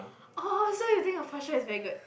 oh so you think your posture is very good